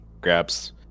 grabs